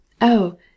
Oh